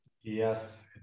Yes